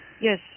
Yes